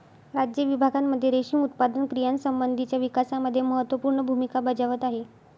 राज्य विभागांमध्ये रेशीम उत्पादन क्रियांसंबंधीच्या विकासामध्ये महत्त्वपूर्ण भूमिका बजावत आहे